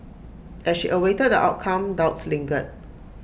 as she awaited the outcome doubts lingered